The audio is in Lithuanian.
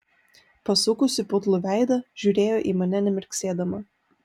pasukusi putlų veidą žiūrėjo į mane nemirksėdama